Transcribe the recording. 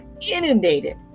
inundated